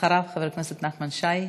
אחריו, חבר הכנסת נחמן שי.